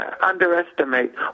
underestimate